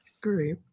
Great